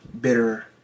bitter